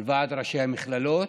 על ועד ראשי המכללות,